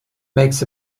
makes